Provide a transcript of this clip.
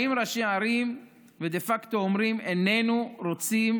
באים ראשי הערים ודה פקטו אומרים: איננו רוצים